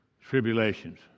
tribulations